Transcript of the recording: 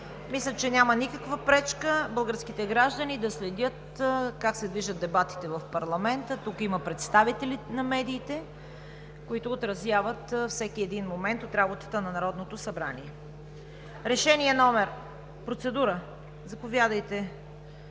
Мисля, че няма никаква пречка българските граждани да следят как се движат дебатите в парламента. Тук има представители на медиите, които отразяват всеки един момент от работата на Народното събрание. Процедура – заповядайте,